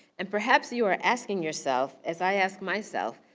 and perhaps you are asking yourself, as i ask myself,